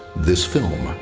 this film.